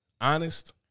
honest